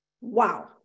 wow